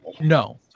No